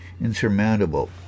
insurmountable